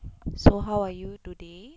so how are you today